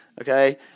okay